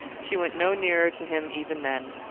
she went no nearer to him even then.